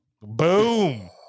boom